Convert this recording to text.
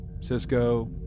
Cisco